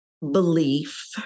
belief